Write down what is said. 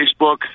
Facebook